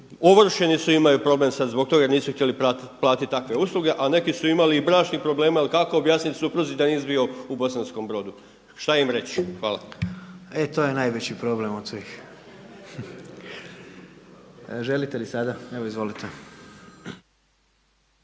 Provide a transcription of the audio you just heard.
Ovršeni su i imaju problem sada zbog toga jer nisu htjeli platiti takve usluge, a neki su imali i bračnih problema jel kako objasniti supruzi da nisi bio u Bosanskom Brodu, šta im reći. Hvala. **Jandroković, Gordan (HDZ)** E to je najveći problem od svih. Želite li sada? Evo izvolite.